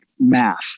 math